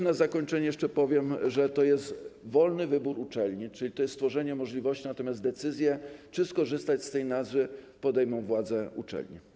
Na zakończenie jeszcze powiem, że to jest wolny wybór uczelni, czyli to jest stworzenie możliwości, natomiast decyzje, czy skorzystać z tej nazwy, podejmą władze uczelni.